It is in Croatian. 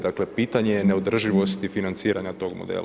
Dakle, pitanje je neodrživosti financiranja tog modela.